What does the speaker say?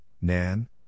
Nan